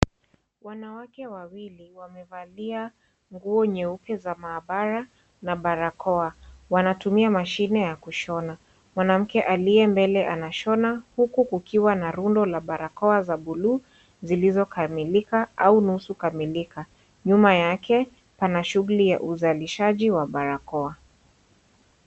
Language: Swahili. Wanawake wawili wamevalia nguo nyeupe za maabara na barakoa. Wanatumia mashine ya kushona. Mwanamke aliye mbele anashona, huku kukiwa na rundo la barakoa za buluu zilizokamilika au nusu kamilika. Nyuma yake pana shughuli ya uzalishaji wa barakoa.